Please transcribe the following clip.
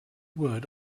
wood